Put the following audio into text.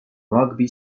rugby